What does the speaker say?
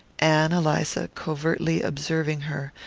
ann eliza, covertly observing her,